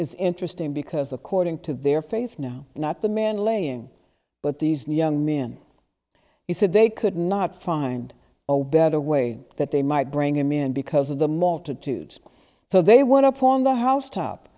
is interesting because according to their faith now not the man laying but these new young men he said they could not find a way better way that they might bring him in because of the multitude so they went up on the housetop